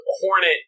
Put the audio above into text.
Hornet